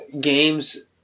games